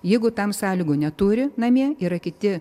jeigu tam sąlygų neturi namie yra kiti